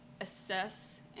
assess